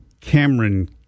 Cameron